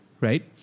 right